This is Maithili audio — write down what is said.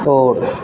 आओर